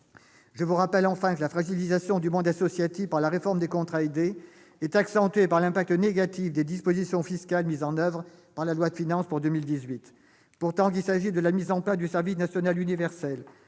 Je vous rappelle que la fragilisation du monde associatif avec la réforme des contrats aidés est accentuée par l'effet négatif des dispositions fiscales mises en oeuvre par la loi de finances pour 2018. Pourtant, qu'il s'agisse de la mise en place du service national universel,